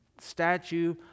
statue